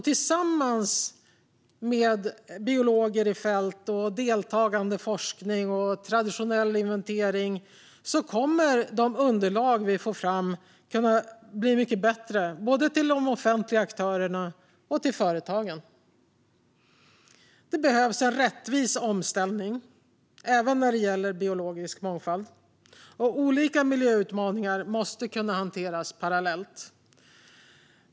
Tillsammans med biologer i fält, deltagande forskning och traditionell inventering kommer underlagen till både offentliga aktörer och företag att bli mycket bättre. Det behövs en rättvis omställning även när det gäller biologisk mångfald, och olika miljöutmaningar måste kunna hanteras parallellt.